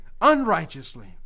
unrighteously